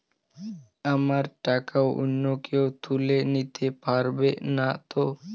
আমার টাকা অন্য কেউ তুলে নিতে পারবে নাতো?